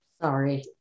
Sorry